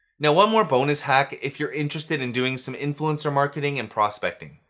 now, one more bonus hack if you're interested in doing some influencer marketing and prospecting.